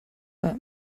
but